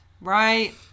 right